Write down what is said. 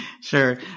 sure